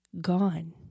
gone